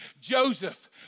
Joseph